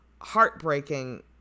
heartbreaking